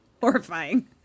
horrifying